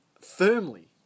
firmly